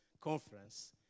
conference